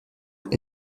elle